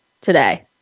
today